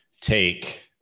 take